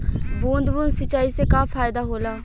बूंद बूंद सिंचाई से का फायदा होला?